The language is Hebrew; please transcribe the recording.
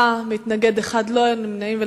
מתנגד אחד, לא היו נמנעים.